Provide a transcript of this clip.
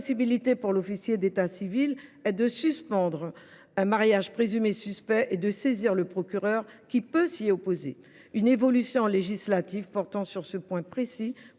pour l’officier d’état civil est de suspendre un mariage présumé suspect et de saisir le procureur de la République, qui peut s’y opposer. Une évolution législative portant sur ce point précis